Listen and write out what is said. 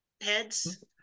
heads